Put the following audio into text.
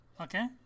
Okay